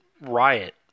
Riot